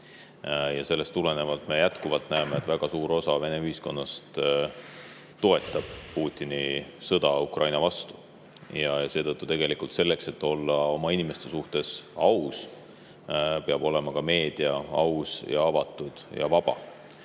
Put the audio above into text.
Ja sellest tulenevalt me jätkuvalt näeme, et väga suur osa Vene ühiskonnast toetab Putini sõda Ukraina vastu. Tegelikult selleks, et olla oma inimeste vastu aus, peab ka meedia olema aus ja avatud ja vaba.